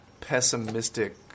pessimistic